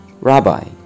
Rabbi